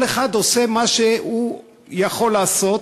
כל אחד עושה מה שהוא יכול לעשות,